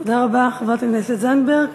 תודה רבה, חברת הכנסת זנדברג.